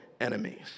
enemies